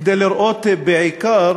כדי לראות בעיקר